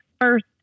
first